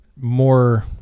more